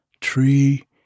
tree